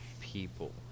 people